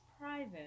private